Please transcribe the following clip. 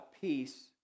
peace